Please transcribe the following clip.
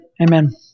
amen